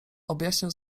objaśniał